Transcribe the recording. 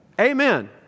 Amen